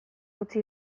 utzi